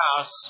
house